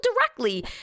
directly